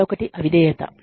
మరొకటి అవిధేయత